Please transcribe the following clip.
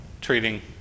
treating